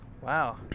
Wow